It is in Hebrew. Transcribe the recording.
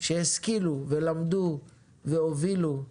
שהשכילו ולמדו והובילו.